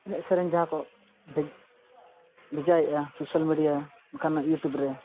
ᱮᱱᱮᱡ ᱥᱮᱨᱮᱧ ᱡᱟᱦᱟᱸ ᱠᱚ ᱫᱷᱮᱡ ᱵᱷᱮᱡᱟᱭᱮᱜᱼᱟ ᱥᱳᱥᱟᱞ ᱢᱤᱰᱤᱭᱟ ᱚᱱᱠᱟᱱᱟᱜ ᱤᱭᱩᱴᱤᱭᱩᱵᱽ ᱨᱮ